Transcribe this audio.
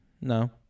No